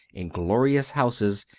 in glorious houses,